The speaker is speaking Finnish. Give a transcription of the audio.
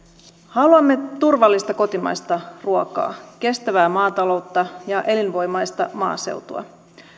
haluamme turvallista kotimaista ruokaa kestävää maataloutta ja elinvoimaista maaseutua